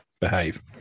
behave